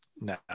no